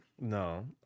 no